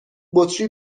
بطری